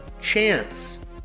Chance